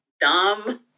dumb